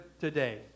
today